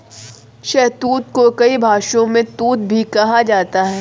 शहतूत को कई भाषाओं में तूत भी कहा जाता है